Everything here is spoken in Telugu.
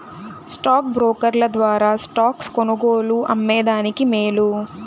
స్టాక్ బ్రోకర్ల ద్వారా స్టాక్స్ కొనుగోలు, అమ్మే దానికి మేలు